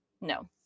No